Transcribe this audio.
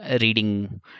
reading